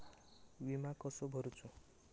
विमा कसो भरूचो?